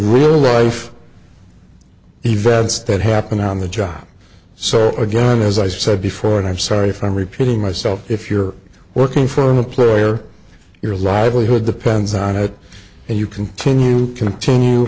real life events that happen on the job so again as i said before and i'm sorry if i'm repeating myself if you're working for an employer your livelihood depends on it and you continue to continue